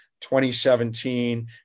2017